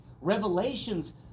revelations